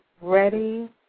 ready